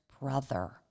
brother